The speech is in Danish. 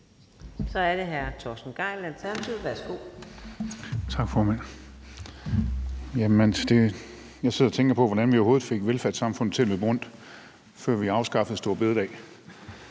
Kl. 18:33 Torsten Gejl (ALT): Tak, formand. Jeg sidder og tænker på, hvordan vi overhovedet fik velfærdssamfundet til at løbe rundt, før vi afskaffede store bededag.